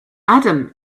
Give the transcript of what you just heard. adam